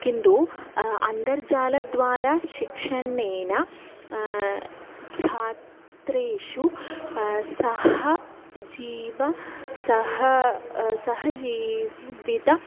किन्दु अन्तर्जालद्वारा शिक्षणेन छात्रेषु सहजीवनं सह सहजीवितं